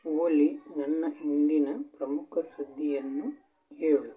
ಓಲಿ ನನ್ನ ಇಂದಿನ ಪ್ರಮುಖ ಸುದ್ದಿಯನ್ನು ಹೇಳು